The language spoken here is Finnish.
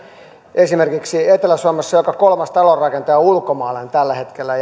esimerkiksi etelä suomessa joka kolmas talonrakentaja on ulkomaalainen tällä hetkellä